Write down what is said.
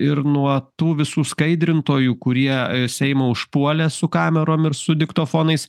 ir nuo tų visų skaidrintojų kurie seimą užpuolė su kamerom ir su diktofonais